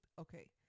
okay